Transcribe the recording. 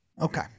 Okay